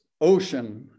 ocean